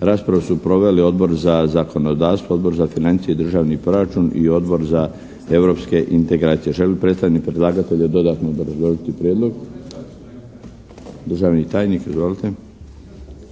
Raspravu su proveli Odbor za zakonodavstvo, Odbor za financije i državni proračun i Odbor za europske integracije. Želi li predstavnik predlagatelja dodatno obrazložiti prijedlog? … /Upadica se